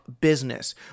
business